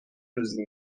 روزی